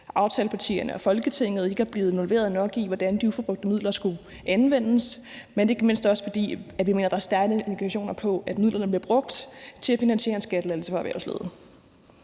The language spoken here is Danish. aftalepartierne og Folketinget ikke er blevet involveret nok i, hvordan de uforbrugte midler skulle anvendes, men ikke mindst også, fordi vi mener, der er stærke indikationer på, at midlerne bliver brugt til at finansiere en skattelettelse for erhvervslivet.